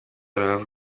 rubavu